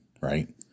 right